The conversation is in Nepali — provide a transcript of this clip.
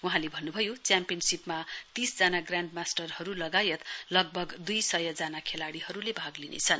वहाँले भन्नुभयो च्याम्पियनशीप मा तीस जना ग्राण्ड मास्टरहरु लगायत लगभग दुइ सय खेलाड़ीहरुले भाग लिनेछन्